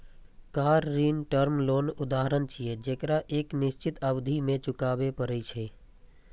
car ऋण term loan के उदाहरण छियै, जेकरा एक निश्चित अवधि मे चुकबै पड़ै छै